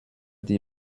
die